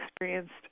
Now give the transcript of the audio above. experienced